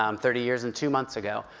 um thirty years and two months ago,